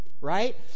right